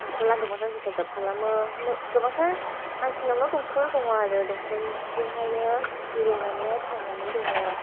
दमकला गोबांथार हेफाजाब खालामो मे गोबांथार मानसिनावनो दमकल दं आरो दमकलजोंहाइनो दै लोंनानैहाय थांनानै दङ